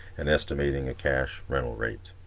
and estimating a cash rental rate.